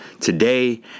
Today